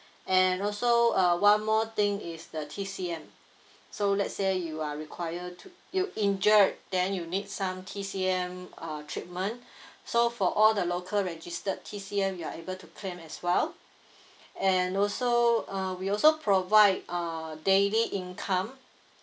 and also uh one more thing is the T_C_M so let's say you are require to you injured then you need some T_C_M uh treatment so for all the local registered T_C_M you are able to claim as well and also uh we also provide uh daily income